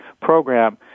program